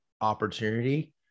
opportunity